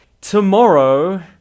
Tomorrow